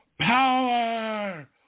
power